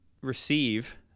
receive